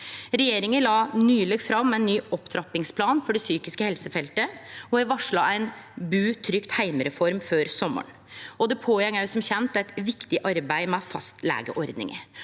Regjeringa la nyleg fram ein ny opptrappingsplan for det psykiske helsefeltet og har varsla ein bu trygt heime-reform før sommaren. Det er òg, som kjent, i gang eit viktig arbeid med fastlegeordninga.